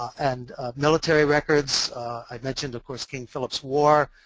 and military records i've mentioned of course king philip's war.